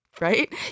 Right